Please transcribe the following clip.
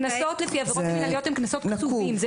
קנסות לפי עבירות מינהליות הם קנסות קצובים.